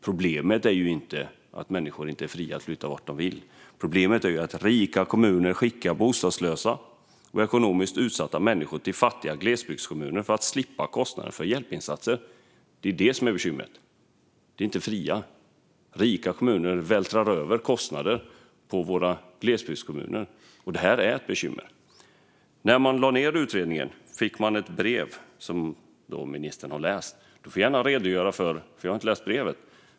Problemet är inte att människor inte skulle vara fria att flytta vart de vill utan att rika kommuner skickar bostadslösa och ekonomiskt utsatta människor till fattiga glesbygdskommuner för att slippa kostnaden för hjälpinsatser. Det är det som är bekymret, inte att man inte skulle vara fri. Rika kommuner vältrar över kostnader på glesbygdskommuner. Det är ett bekymmer. När utredningen lades ned skickades ett brev som ministern har läst. Jag har själv inte läst brevet.